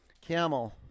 Camel